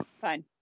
fine